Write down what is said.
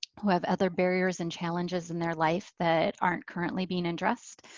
who have other barriers and challenges in their life that aren't currently being addressed.